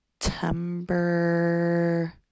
September